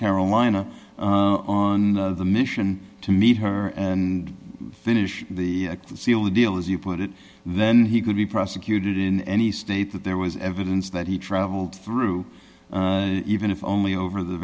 carolina on a mission to meet her and finish the seal the deal as you put it then he could be prosecuted in any state that there was evidence that he traveled through even if only over the